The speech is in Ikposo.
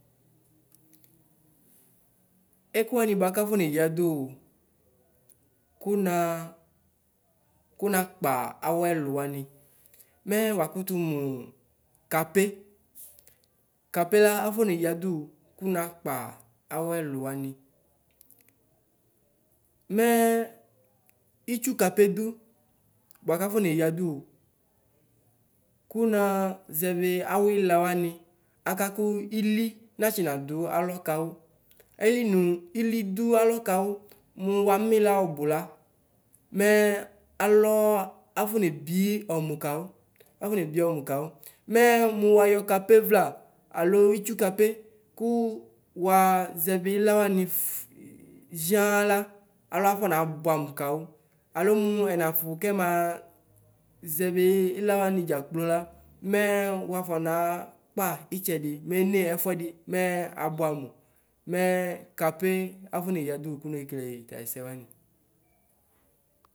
Ɛkʋ wanɩ buaku afɔne yado wu, kʋna kʋna kpa awʋ ɛlʋ wanɩ mɛ wakutu mu kape, kapela afɔne yadu wu, kʋna kpa awʋ ɛlʋ wanɩ. Mɛ itsʋ akpe dʋ buakafɔ ne yadu wu, kunazɛvi awʋ ilawani adaku ili natsina du alɔ ayinu ili du alɔ kawʋ mu wamila ɔbʋ la mɛ alɔ afɔnebi ɔmu kawʋ, afɔnebi ɔmu kawʋ, mɛ mu wayɔ kapevla alo itsʋkape ku wazɛvi ila wanɩ ff zɩala alɔ afɔnebʋɛ amʋ kawʋ, alu mu ɛnufʋ kɛmazɛvi ilawani dza kplola mɛ wafɔnakpa itsɛdi mene ɛfʋɛdi, mɛ abvɛamʋ, mɛ kape afɔ neya dʋwʋ konekele twyɛsɛ wani.